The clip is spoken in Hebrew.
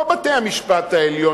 לא בית-המשפט העליון,